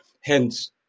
Hence